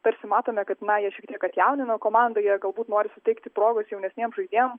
tarsi matome kad na jie šiek tiek atjaunino komandą jie galbūt nori suteikti progos jaunesniem žaidėjam